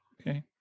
Okay